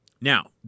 Now